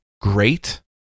great